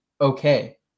okay